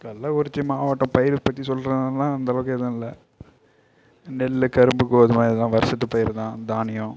கள்ளக்குறிச்சி மாவட்ட பயிரைப் பற்றி சொல்றதுனால் அந்தளவுக்கு ஏதும் இல்லை நெல்லு கரும்பு கோதுமை அதுதான் வருஷத்துப் பயிர்தான் தானியம்